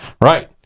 Right